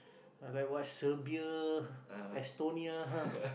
like what Serbia Estonia